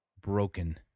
broken